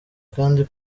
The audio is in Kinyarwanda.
kandi